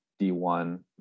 D1